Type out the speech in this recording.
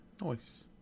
Nice